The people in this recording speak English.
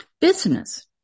business